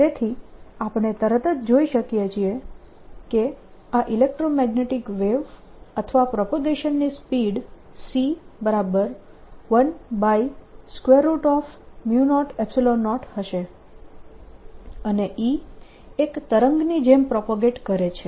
તેથી આપણે તરત જ જોઈ શકીએ કે આ ઇલેક્ટ્રોમેગ્નેટીક વેવ અથવા પ્રોપગેશન ની સ્પીડ c100 હશે અને E એક તરંગની જેમ પ્રોપગેટ કરે છે